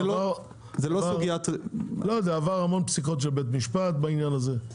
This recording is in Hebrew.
זה עבר הרבה פסיקות של בית המשפט בעניין הזה.